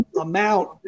amount